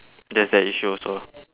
that's an issue also ah